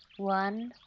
one,